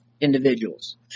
Individuals